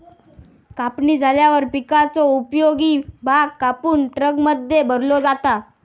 कापणी झाल्यावर पिकाचो उपयोगी भाग कापून ट्रकमध्ये भरलो जाता